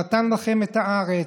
נתן לכם את הארץ,